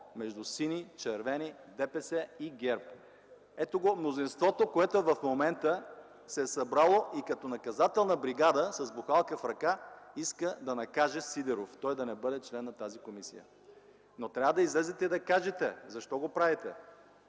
между сини, червени, ДПС и ГЕРБ. Ето го мнозинството, което в момента се е събрало и като наказателна бригада с бухалка в ръка иска да накаже Сидеров – той да не бъде член на тази комисия. Но трябва да излезете и да кажете защо го правите?